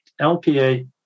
LPA